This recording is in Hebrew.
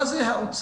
מה זה האוצר?